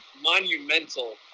monumental